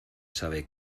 sabe